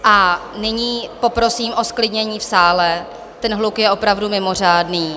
A nyní poprosím o zklidnění v sále, ten je hluk je opravdu mimořádný.